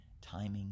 timing